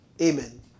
Amen